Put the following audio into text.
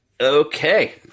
Okay